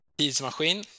Tidsmaskin